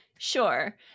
sure